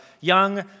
young